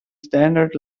standard